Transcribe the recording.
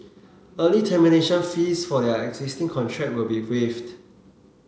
early termination fees for their existing contract will be waived